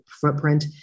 footprint